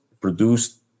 produced